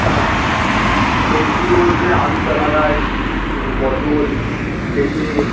হ্যাঁ সবজি বলতে আলুটা লাগাই পটল পেঁপে